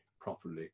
properly